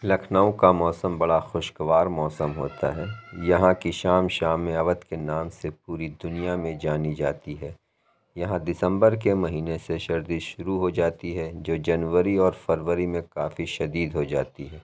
لکھنؤ کا موسم بڑا خوشگوار موسم ہوتا ہے یہاں کی شام شام اودھ کے نام سے پوری دنیا میں جانی جاتی ہے یہاں دسمبر کے مہینے سے سردی شروع ہو جاتی ہے جو جنوری اور فروری میں کافی شدید ہو جاتی ہے